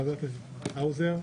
חבר הכנסת האוזר.